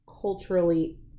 culturally